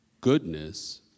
goodness